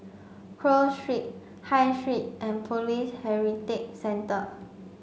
Cross Street High Street and Police Heritage Centre